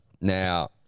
Now